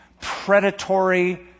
predatory